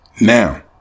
Now